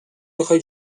بخوای